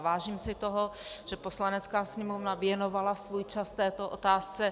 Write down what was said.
Vážím si toho, že Poslanecká sněmovna věnovala svůj čas této otázce.